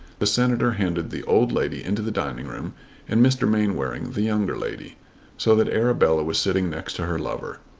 the senator handed the old lady into the dining-room and mr. mainwaring the younger lady so that arabella was sitting next to her lover.